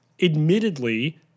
admittedly